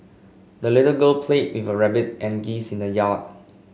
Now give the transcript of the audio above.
the little girl played with rabbit and geese in the yard